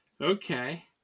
Okay